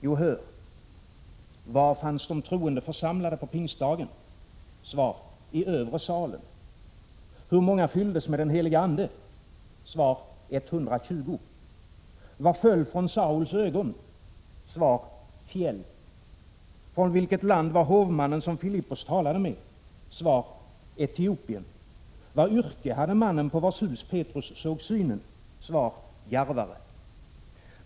Jo, hör: Var fanns de troende församlade på pingstdagen? Svar: i övre salen. Hur många fylldes med den heliga anden? Svar: 120. Vad föll från Sauls ögon? Svar: fjäll. Från vilket land var hovmannen som Filippos talade med? Svar: Etiopien. Vilket yrke hade mannen på vars hus Petrus såg syner? Svar: garvare.